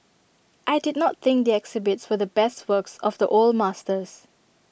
I did not think the exhibits were the best works of the old masters